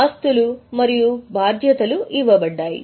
ఆస్తులు మరియు బాధ్యత లు ఇవ్వబడ్డాయి